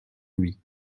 lui